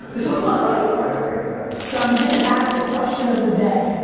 this was fun, right? i had a great time. john, you get to ask the question of the day.